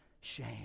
shame